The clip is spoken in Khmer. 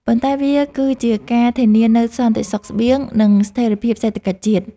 ប៉ុន្តែវាគឺជាការធានានូវសន្តិសុខស្បៀង និងស្ថិរភាពសេដ្ឋកិច្ចជាតិ។